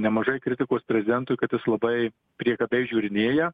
nemažai kritikos prezidentui kad jis labai priekabiai žiūrinėja